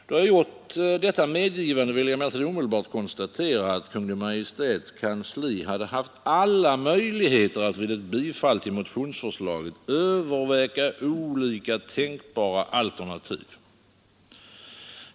Då jag gjort detta medgivande, vill jag omedelbart konstatera att Kungl. Maj:ts kansli hade haft alla möjligheter att vid ett bifall till motionsförslaget överväga olika tänkbara alternativ.